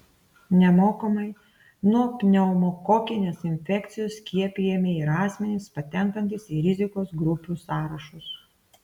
nemokamai nuo pneumokokinės infekcijos skiepijami ir asmenys patenkantys į rizikos grupių sąrašus